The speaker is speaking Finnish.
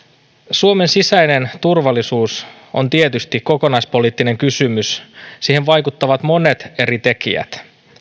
suomen sisäinen turvallisuus on tietysti kokonaispoliittinen kysymys siihen vaikuttavat monet eri tekijät